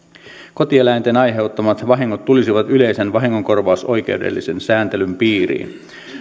kotieläinten aiheuttamat vahingot tulisivat yleisen vahingonkorvausoikeudellisen sääntelyn piiriin